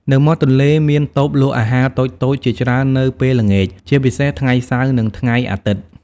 នៅមាត់ទន្លេមានតូបលក់អាហារតូចៗជាច្រើននៅពេលល្ងាច ជាពិសេសថ្ងៃសៅរ៍ នឹងថ្ងៃអាទិត្យ ។